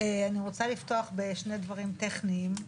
אני רוצה לפתוח בשני דברים טכניים.